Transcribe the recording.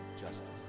Justice